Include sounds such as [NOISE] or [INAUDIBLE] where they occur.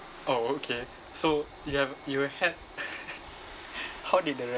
oh okay so you have you had [LAUGHS] how did the